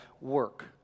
work